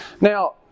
Now